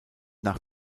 nach